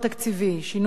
שינוי המודל,